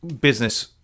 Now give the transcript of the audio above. business